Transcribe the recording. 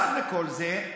כל תינוק יודע את זה.